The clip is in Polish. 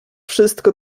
wszystko